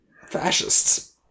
Fascists